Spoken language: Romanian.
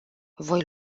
voi